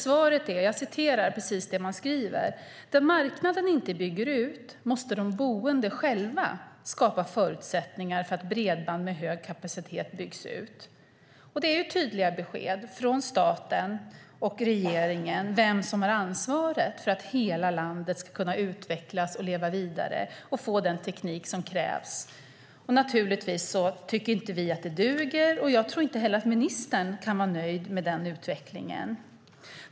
Svaret är: "Där marknaden inte bygger ut måste de boende själva skapa förutsättningar för att bredband med hög kapacitet byggs ut." Det är så man skriver. Det är tydliga besked från staten och regeringen om vem som har ansvaret för att hela landet ska kunna utvecklas och leva vidare och få den teknik som krävs. Vi tycker inte att det duger, och jag tror inte heller att ministern kan vara nöjd med utvecklingen.